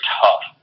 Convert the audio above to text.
tough